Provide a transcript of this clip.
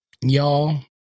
y'all